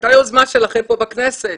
הייתה יוזמה שלכם פה בכנסת,